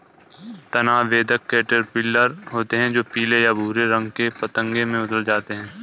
तना बेधक कैटरपिलर होते हैं जो पीले या भूरे रंग के पतंगे में बदल जाते हैं